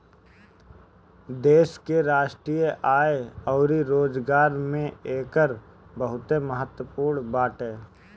देश के राष्ट्रीय आय अउरी रोजगार में एकर बहुते महत्व बाटे